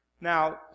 Now